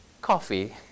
coffee